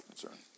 concern